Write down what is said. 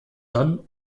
dann